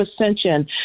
ascension